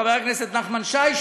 חבר הכנסת נחמן שי,